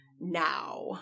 now